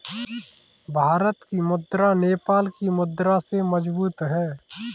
भारत की मुद्रा नेपाल की मुद्रा से मजबूत है